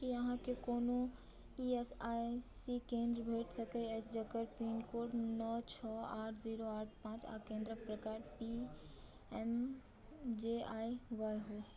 की अहाँकेँ कोनो E S I C केन्द्र भेट सकैत अछि जकर पिनकोड नओ छओ आठ ज़ीरो आठ पाँच आ केन्द्रक प्रकार P M J I Y हो